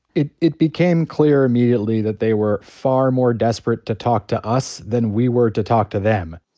it it became clear immediately that they were far more desperate to talk to us than we were to talk to them.